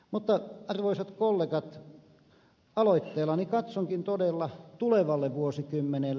mutta arvoisat kollegat aloitteellani katsonkin todella tulevalle vuosikymmenelle